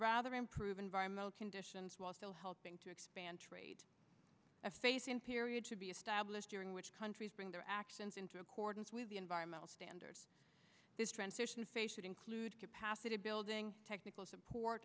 rather improve environmental conditions while still helping to expand trade a phase in period to be established during which countries bring their actions into accordance with the environmental standards this transition phase should include capacity building technical support